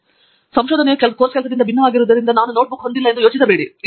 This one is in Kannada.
ಆದ್ದರಿಂದ ಸಂಶೋಧನೆಯು ಕೋರ್ಸ್ ಕೆಲಸದಿಂದ ಭಿನ್ನವಾಗಿರುವುದರಿಂದ ನಾನು ನೋಟ್ಬುಕ್ ಹೊಂದಿಲ್ಲ ಎಂದು ಯೋಚಿಸಬೇಡಿ